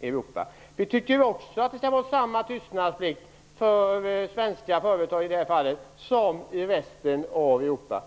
i övrigt. Vi tycker också att det skall vara samma tystnadsplikt för svenska företag som för företag i resten av Europa.